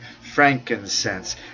frankincense